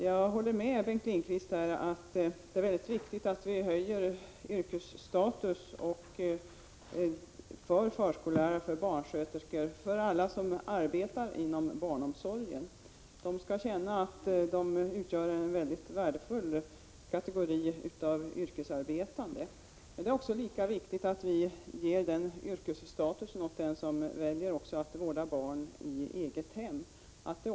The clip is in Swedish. Jag håller med Bengt Lindqvist om att det är mycket viktigt att vi höjer yrkesstatusen för förskollärare, barnskötare och alla andra som arbetar inom barnomsorgen. De skall känna att de utgör en mycket värdefull kategori yrkesarbetande. Men lika viktigt är det att vi ger åt dem en yrkesstatus som väljer att vårda barn i det egna hemmet.